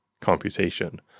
computation